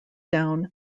down